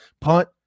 punt